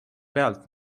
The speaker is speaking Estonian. pealt